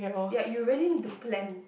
ya you really need to plan